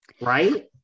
Right